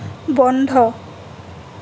বন্ধ